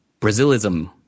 Brazilism